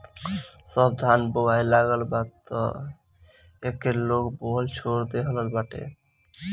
अब धान बोआए लागल बा तअ एके लोग बोअल छोड़ देहले बाटे